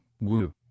Woo